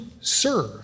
serve